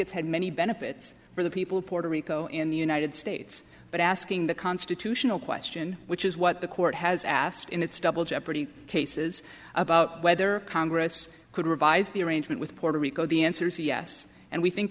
it's had many benefits for the people of puerto rico in the united states but asking the constitutional question which is what the court has asked in its double jeopardy cases about whether congress could revise the arrangement with puerto rico the answer is yes and we think